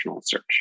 search